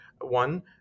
one